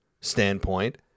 standpoint